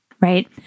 right